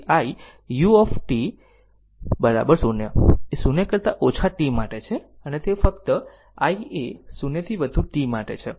તેથી i u t 0 એ 0 કરતા ઓછા t માટે છે અને તે i એ 0 થી વધુ t માટે છે